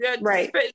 Right